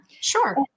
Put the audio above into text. Sure